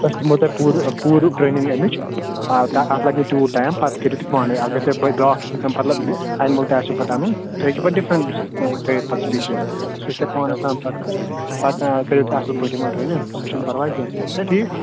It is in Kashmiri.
أسۍ دِمو تۄہہِ پوٗرٕ پوٗرٕ ٹرینِنٛگ امِچ آ اتھ لَگہِ نہٕ تیوٗت ٹایم پَتہٕ کٔرِو تُہۍ پانے اگر تۄہہِ بیاکھ قسم مَطلَب انمل تہِ آسیٚو تۄہہِ اَنُن تُہۍ ہیٚکِو پَتہٕ ڈِفرنٹ تھٲوِتھ پَتہٕ سپیٖشیٖز وۄنۍ چھُ تۄہہِ پانَس تامَتھ پَتہٕ پَتہٕ کٔرِو تُہۍ اصل پٲٹھۍ یِمَن ٹرینِنٛگ سۄ چھَنہٕ پرواے کینٛہہ چھُ نہ ٹھیٖک